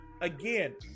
Again